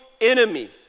enemy